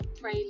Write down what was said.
pray